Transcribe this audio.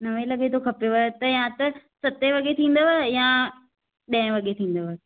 नवें लॻे थो खपेव त या त सतें वॻे थींदव या ॾहें वॻे थींदव